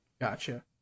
Gotcha